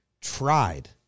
tried